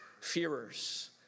fearers